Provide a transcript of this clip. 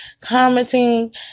commenting